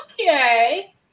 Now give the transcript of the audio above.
okay